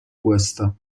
questa